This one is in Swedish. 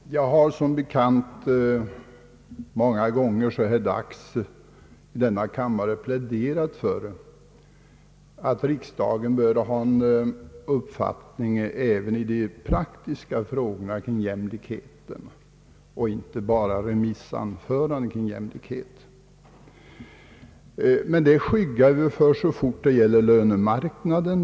Herr talman! Jag har som bekant många gånger i denna kammare pläderat för att riksdagen bör ha en uppfattning i de praktiska jämlikhetsfrågorna och att man inte bara skall hålla remissanföranden om jämlikhet. Men det skyggar vi för så fort det gäller lönemarknaden.